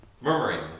murmuring